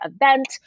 event